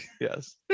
Yes